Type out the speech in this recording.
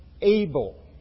able